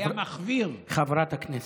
היה מחוויר, חברת הכנסת.